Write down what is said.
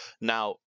Now